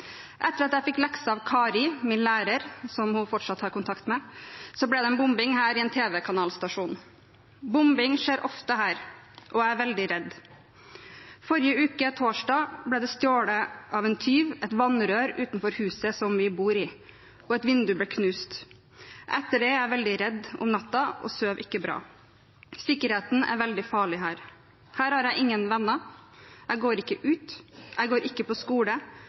Etter at jeg fikk lekser av Kari min lærer», som hun fortsatt har kontakt med, «så ble det en boming her i en TV kanal stasjon. Boming skjer ofte her, jeg er veldig redd. Forrige uke torsdag ble det stjålet av en tyv et vannrør utenfor huset som vi bor i, og et vindu ble knust. Etter det er jeg veldig redd om natta å sover ikke bra. Sikkriheten er veldig farlig her. … Her har jeg ingen venner, går ikke ut, går ikke på skole